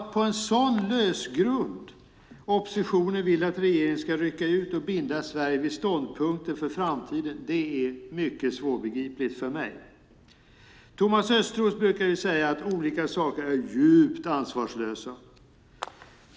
Det är mycket svårbegripigt för mig att oppositionen vill att regeringen på en sådan lös grund ska rycka ut och binda Sverige vid ståndpunkter för framtiden. Thomas Östros brukar säga att olika saker är "djupt ansvarslösa".